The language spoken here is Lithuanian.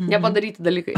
nepadaryti dalykai